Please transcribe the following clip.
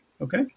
Okay